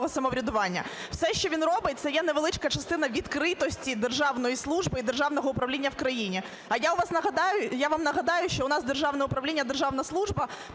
самоврядування. Все, що він робить, – це є невеличка частина відкритості державної служби і державного управління в країні. А я вам нагадаю, що у нас державне управління і державна служба